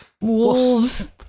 Wolves